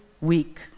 week